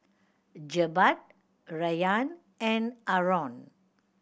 Jebat Rayyan and Aaron